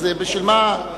אז בשביל מה,